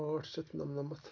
ٲٹھ شَتھ نَمنَمَتھ